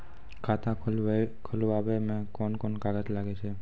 खाता खोलावै मे कोन कोन कागज लागै छै?